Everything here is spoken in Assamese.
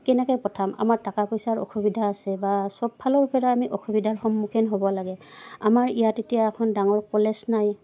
কেনেকে পঠাম আমাৰ টকা পইচাৰ অসুবিধা আছে বা চব ফালৰ পৰা আমি অসুবিধাৰ সন্মুখীন হ'ব লাগে আমাৰ ইয়াত তেতিয়া এখন ডাঙৰ কলেজ নাই